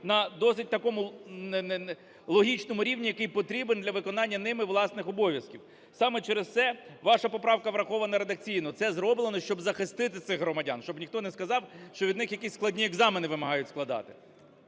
на досить такому логічному рівні, який потрібен для виконання ними власних обов'язків. Саме через це ваша поправка врахована редакційно, це зроблено, щоб захистити цих громадян, щоб ніхто не сказав, що від них якісь складні екзамени вимагають складати.